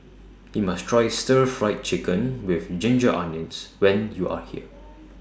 YOU must Try Stir Fried Chicken with Ginger Onions when YOU Are here